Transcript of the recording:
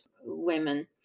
women